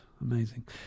Amazing